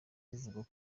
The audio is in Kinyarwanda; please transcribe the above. bivugwa